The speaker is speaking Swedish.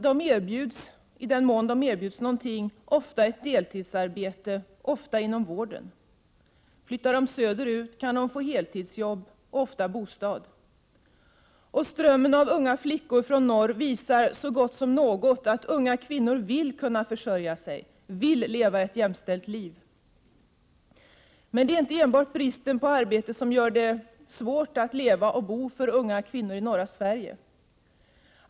De erbjuds —-i den mån de erbjuds något — ofta ett deltidsarbete, ofta inom vården. Flyttar de söderut, kan de få fast heltidsarbete och ofta bostad. Strömmen av unga flickor från norr visar så gott som något att unga kvinnor vill kunna försörja sig, vill leva ett jämställt liv. Men det är inte enbart bristen på arbete som gör det svårt för unga kvinnor att leva och bo i norra Sverige.